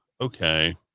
okay